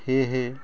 সেয়েহে